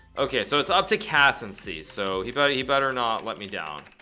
okay so it's up to cass and c so he thought he better not let me down